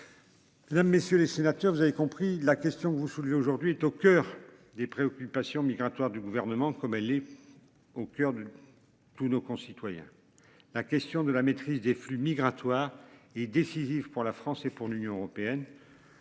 Mesdames, messieurs les sénateurs, vous avez compris la question que vous soulevez aujourd'hui au coeur. Des préoccupations migratoire du gouvernement comme elle est au coeur de. Tous nos concitoyens. La question de la maîtrise des flux migratoires et décisive pour la France et pour l'Union européenne.